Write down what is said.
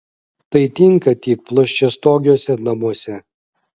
tai tinka tik plokščiastogiuose namuose